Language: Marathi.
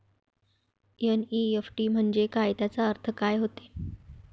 एन.ई.एफ.टी म्हंजे काय, त्याचा अर्थ काय होते?